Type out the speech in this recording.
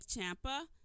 champa